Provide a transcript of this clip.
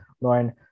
Lauren